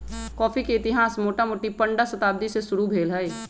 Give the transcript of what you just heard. coffee के इतिहास मोटामोटी पंडह शताब्दी से शुरू भेल हइ